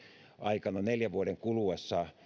aikana neljän vuoden kuluessa